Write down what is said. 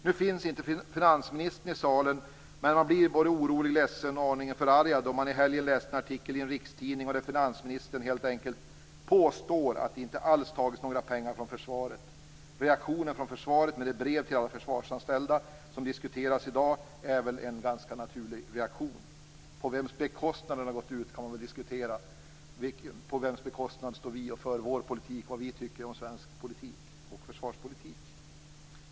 Nu finns inte finansministern i salen, men nog blev man orolig, ledsen och aningen förargad då man i helgen läste en artikel i en rikstidning där finansministern helt enkelt påstod att det inte alls tagits några pengar från försvaret. Reaktionen från försvaret, med det brev till alla försvarsanställda som diskuteras i dag, är väl en ganska naturlig reaktion. På vems bekostnad det gått ut, kan man diskutera. På vems bekostnad står vi och för vår politik om vad vi tycker om svensk politik och försvarspolitik?